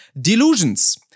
delusions